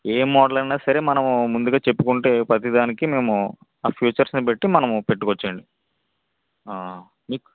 ఏ model అయినా సరే మనము ముందుగా చెప్పుకుంటే ప్రతి దానికి మేము ఆ ఫీచర్స్ని బట్టి మనము పెట్టుకోవచ్చండి ఆ మీ